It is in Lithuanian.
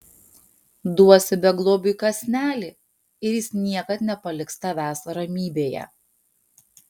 duosi beglobiui kąsnelį ir jis niekad nepaliks tavęs ramybėje